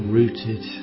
rooted